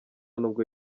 nubwo